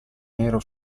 nero